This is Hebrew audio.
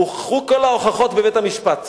הוכחו כל ההוכחות בבית-המשפט,